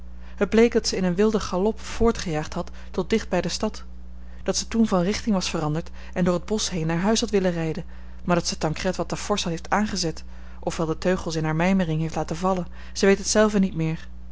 het bleek dat zij in een wilden galop voortgejaagd had tot dicht bij de stad dat ze toen van richting was veranderd en door het bosch heen naar huis had willen rijden maar dat ze tancred wat te forsch heeft aangezet of wel de teugels in hare mijmering heeft laten vallen zij weet het zelve niet meer